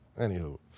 Anywho